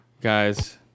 guys